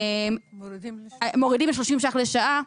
מורידים ל-30 שקלים לשעה.